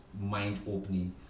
mind-opening